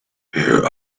here